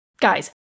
Guys